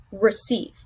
receive